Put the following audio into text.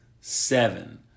seven